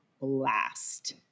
blast